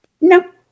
No